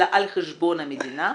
אלא על חשבון המדינה,